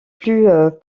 plus